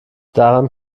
daran